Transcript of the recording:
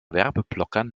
werbeblockern